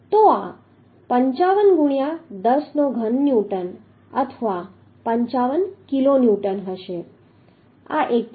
તો આ 55 ગુણ્યા 10 નો ઘન ન્યૂટન અથવા 55 કિલોન્યુટન હશે આ એક છે